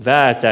päätä